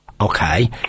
okay